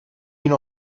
bin